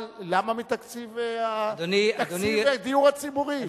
אבל למה מתקציב הדיור הציבורי?